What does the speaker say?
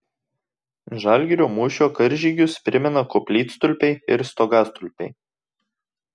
žalgirio mūšio karžygius primena koplytstulpiai ir stogastulpiai